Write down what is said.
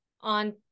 on